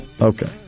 Okay